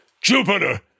Jupiter